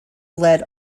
led